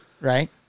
Right